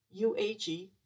UAG